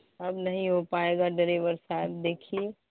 اب نہیں ہو پائے گا ڈریور صاحب دیکھیے